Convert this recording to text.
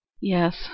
yes